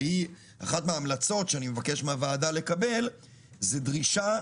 אחת ההמלצות שאני מבקש מהוועדה לקבל זה דרישה